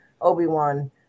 Obi-Wan